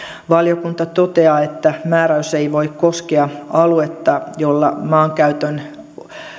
valiokunta toteaa että määräys ei voi koskea aluetta jolla maankäytön